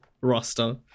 roster